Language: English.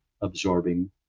absorbing